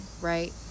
right